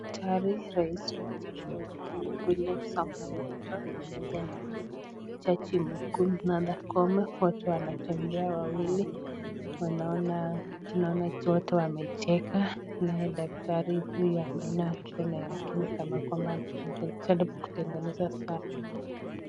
Daktari rais wa jamuhuri ya kenya William samoe ruto pamoja na jaji mkuu Martha koome, wote wanatembea wawili, tunaona jaji amecheka na naye daktari tunaona mkono yake ni kama ya kwamba anatengeneza saa.